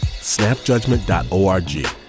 snapjudgment.org